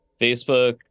facebook